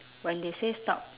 when they say stop